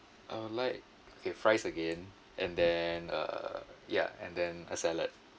I would like okay fries again and then uh uh ya and then a salad